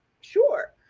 sure